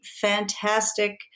fantastic